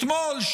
אתמול,